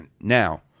now